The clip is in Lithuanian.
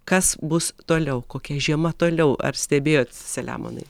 kas bus toliau kokia žiema toliau ar stebėjot selemonai